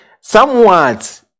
somewhat